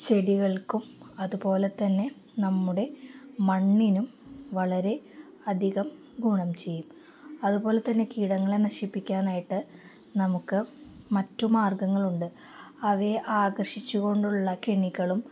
ചെടികൾക്കും അതുപോലെ തന്നെ നമ്മുടെ മണ്ണിനും വളരെയധികം ഗുണം ചെയ്യും അതുപോലെ തന്നെ കീടങ്ങളെ നശിപ്പിക്കാനായിട്ട് നമുക്ക് മറ്റു മാർഗ്ഗങ്ങളുമുണ്ട് അവയെ ആകർഷിച്ചുകൊണ്ടുള്ള കെണികളും